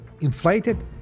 inflated